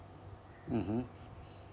mmhmm